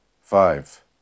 Five